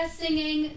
singing